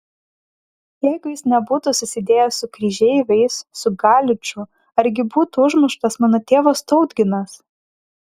jeigu jis nebūtų susidėjęs su kryžeiviais su galiču argi būtų užmuštas mano tėvas tautginas